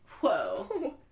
Whoa